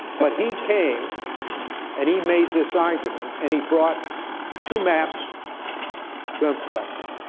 but he came and he made this argument, and he brought two maps to emphasize it.